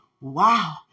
Wow